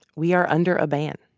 we are under a ban.